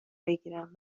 بگیرم